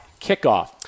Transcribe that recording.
kickoff